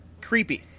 creepy